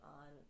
on